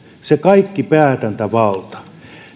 se kaikki päätäntävalta